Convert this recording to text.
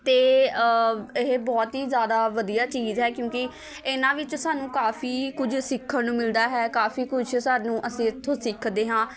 ਅਤੇ ਇਹ ਬਹੁਤ ਹੀ ਜ਼ਿਆਦਾ ਵਧੀਆ ਚੀਜ਼ ਹੈ ਕਿਉਂਕਿ ਇਹਨਾਂ ਵਿੱਚ ਸਾਨੂੰ ਕਾਫੀ ਕੁਝ ਸਿੱਖਣ ਨੂੰ ਮਿਲਦਾ ਹੈ ਕਾਫੀ ਕੁਛ ਸਾਨੂੰ ਅਸੀਂ ਇੱਥੋਂ ਸਿੱਖਦੇ ਹਾਂ